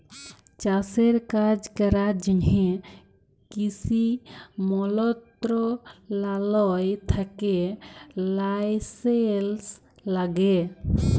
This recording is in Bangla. চাষের কাজ ক্যরার জ্যনহে কিসি মলত্রলালয় থ্যাকে লাইসেলস ল্যাগে